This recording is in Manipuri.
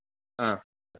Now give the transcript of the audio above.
ꯑ